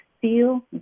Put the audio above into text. feel